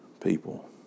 people